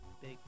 big